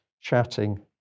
chatting